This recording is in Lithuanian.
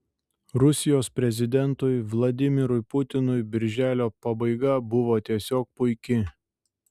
rusijos prezidentui vladimirui putinui birželio pabaiga buvo tiesiog puiki